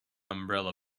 umbrella